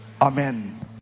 Amen